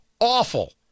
awful